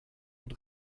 und